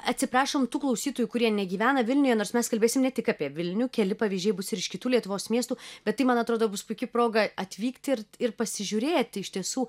atsiprašom tų klausytojų kurie negyvena vilniuje nors mes kalbėsim ne tik apie vilnių keli pavyzdžiai bus ir iš kitų lietuvos miestų bet tai man atrodo bus puiki proga atvykti ir ir pasižiūrėti iš tiesų